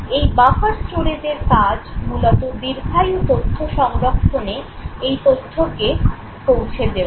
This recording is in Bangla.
এই বাফার স্টোরেজের কাজ মূলত দীর্ঘায়ু তথ্য সংরক্ষণে এই তথ্যকে পৌঁছে দেওয়া